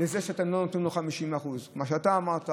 לזה שאתם לא נותנים לנו 50% כמו שאתה אמרת,